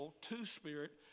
two-spirit